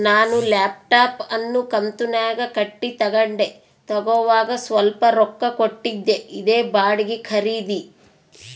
ನಾನು ಲ್ಯಾಪ್ಟಾಪ್ ಅನ್ನು ಕಂತುನ್ಯಾಗ ಕಟ್ಟಿ ತಗಂಡೆ, ತಗೋವಾಗ ಸ್ವಲ್ಪ ರೊಕ್ಕ ಕೊಟ್ಟಿದ್ದೆ, ಇದೇ ಬಾಡಿಗೆ ಖರೀದಿ